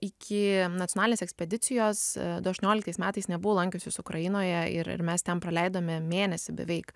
iki nacionalinės ekspedicijos du aštuonioliktais metais nebuvo lankiusis ukrainoje ir ir mes ten praleidome mėnesį beveik